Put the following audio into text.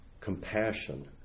compassion